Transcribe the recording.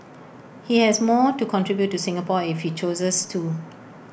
he has more to contribute to Singapore if he chooses to